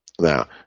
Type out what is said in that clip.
Now